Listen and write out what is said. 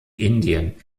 indien